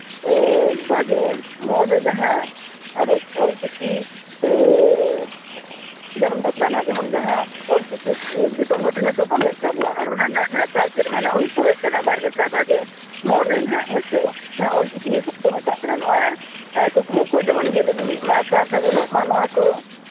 ᱵᱟᱨᱜᱮ ᱢᱚᱬ ᱨᱮ ᱡᱟᱦᱟᱸ ᱟᱵᱚᱭᱤᱡ ᱚᱞᱪᱤᱠᱤ ᱡᱟᱱᱟᱢ ᱫᱟᱛᱟ ᱦᱟᱸᱜ ᱡᱮᱢᱚᱱ ᱡᱟᱦᱟᱸ ᱚᱞᱪᱤᱠᱤ ᱫᱤᱥᱚᱢ ᱦᱚᱲ ᱴᱷᱮᱱᱮ ᱥᱚᱫᱚᱨ ᱞᱮᱫ ᱛᱟᱵᱚᱣᱟ ᱚᱱᱟ ᱨᱮᱱᱟᱜ ᱦᱟᱸᱜ ᱥᱟᱭ ᱥᱮᱨᱢᱟ ᱱᱟᱜ ᱦᱩᱭ ᱯᱩᱨᱟᱹᱜ ᱠᱟᱱᱟ ᱵᱟᱨ ᱜᱮᱥᱟᱭ ᱵᱟᱨᱜᱮ ᱢᱚᱬ ᱨᱮ ᱦᱟᱸᱜ ᱦᱮᱸ ᱥᱮ ᱡᱟᱦᱟᱸ ᱚᱞᱪᱤᱠᱤ ᱢᱤᱥᱚᱱ ᱠᱚ ᱢᱮᱛᱟᱜ ᱠᱟᱱᱟ ᱱᱚᱣᱟ ᱠᱩᱠᱢᱩ ᱠᱚ ᱡᱮᱢᱚᱱ ᱜᱮᱞᱮ ᱵᱤᱞᱤᱜ ᱢᱟ ᱥᱟᱨ ᱥᱟᱹᱜᱩᱱᱚᱜ ᱢᱟ ᱱᱚᱣᱟ ᱠᱚ